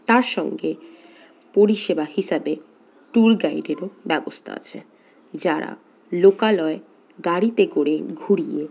তার সঙ্গে পরিষেবা হিসাবে ট্যুর গাইডেরও ব্যবস্থা আছে যারা লোকালয় গাড়িতে করে ঘুরিয়ে